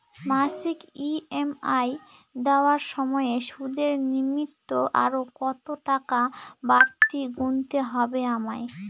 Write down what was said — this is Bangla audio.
মাসিক ই.এম.আই দেওয়ার সময়ে সুদের নিমিত্ত আরো কতটাকা বাড়তি গুণতে হবে আমায়?